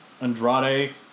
Andrade